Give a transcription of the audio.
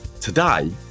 Today